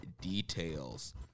details